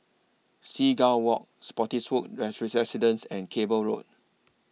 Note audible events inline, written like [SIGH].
Seagull Walk Spottiswoode [UNINTELLIGIBLE] Residences and Cable Road